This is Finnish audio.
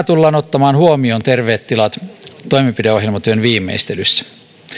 tullaan ottamaan huomioon terveet tilat toimenpideohjelmatyön viimeistelyssä